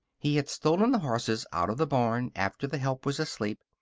he had stolen the horses out of the barn after the help was asleep,